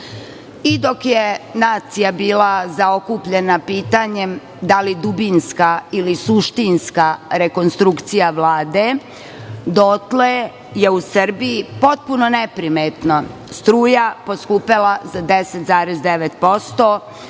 je nacija bila zaokupljena pitanjem da li je dubinska ili suštinska rekonstrukcija Vlade, dotle je u Srbiji potpuno neprimetno struja poskupela za 10,9%,